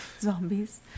Zombies